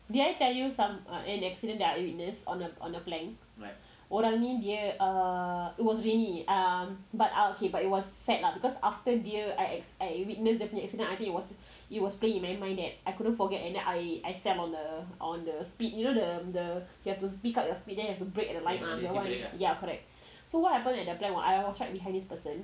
did I tell you some uh an accident that I witness on the on a plank orang ni dia err it was rainy um but ah it was sad lah because after dia I witness dia punya accident I think it was it will stay in my mind that I couldn't forget and then I fell on the speed you know the the you have to speed up your speed then you have to brake at the line ya correct so what happened at the plank was I was right behind this person